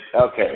Okay